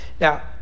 Now